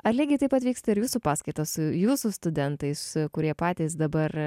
ar lygiai taip pat vyksta ir jūsų paskaitos su jūsų studentais kurie patys dabar